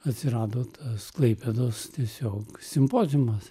atsirado tas klaipėdos tiesiog simpoziumas